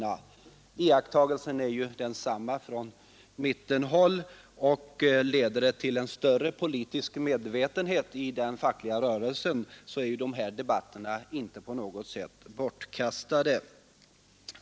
Ja, även mittenpartierna har kunnat iakttaga en ökad anslutning. Om dessa debatter leder till en större politisk medvetenhet i den fackliga rörelsen, saknar de inte på något sätt sin betydelse.